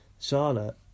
Charlotte